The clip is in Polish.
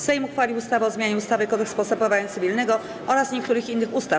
Sejm uchwalił ustawę o zmianie ustawy Kodeks postępowania cywilnego oraz niektórych innych ustaw.